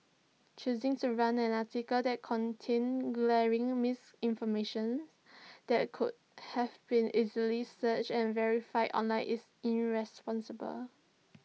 choosing to run an article that contained glaring misinformation that could have been easily searched and verified online is irresponsible